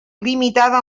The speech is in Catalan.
limitada